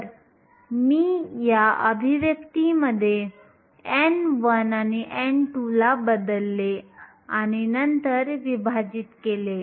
तर मी या अभिव्यक्तीमध्ये n1 आणि n2 ला बदलले आणि नंतर विभाजित केले